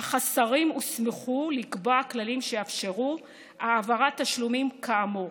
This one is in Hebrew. אך השרים הוסמכו לקבוע כללים שיאפשרו העברת תשלומים כאמור.